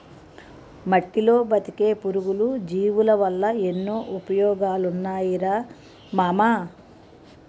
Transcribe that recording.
మట్టిలో బతికే పురుగులు, జీవులవల్ల ఎన్నో ఉపయోగాలున్నాయిరా మామా